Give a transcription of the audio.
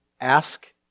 ask